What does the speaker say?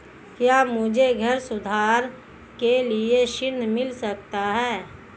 क्या मुझे घर सुधार के लिए ऋण मिल सकता है?